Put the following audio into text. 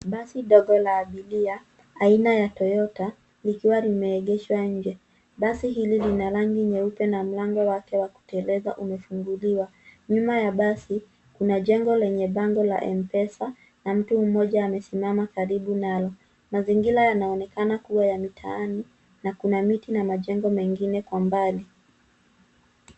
Basi dogo la abiria aina ya Toyota likiwa limeegeshwa nje. Basi hili lina rangi nyeupe na mlango wake wa kuteleza umefunguliwa. Nyuma ya basi kuna jengo lenye bango la Mpesa na mtu mtu mmoja amesimama karibu nalo. Mazingira yanaonekana kuwa ya mitaani na kuna miti na majengo mengine kwa mbali.